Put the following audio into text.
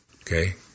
okay